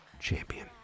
Champion